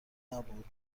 نبود